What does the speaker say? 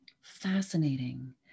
Fascinating